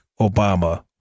Obama